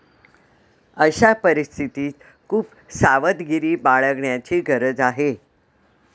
अशा परिस्थितीत खूप सावधगिरी बाळगण्याची गरज आहे